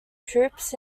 troops